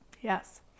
Yes